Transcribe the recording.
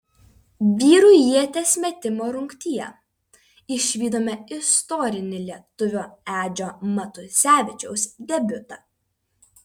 vyrų ieties metimo rungtyje išvydome istorinį lietuvio edžio matusevičiaus debiutą